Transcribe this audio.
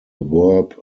verb